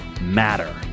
matter